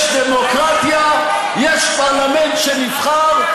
יש דמוקרטיה, יש פרלמנט שנבחר,